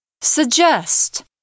Suggest